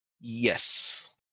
Yes